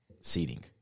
seating